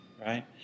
right